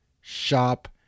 shop